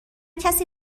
کسی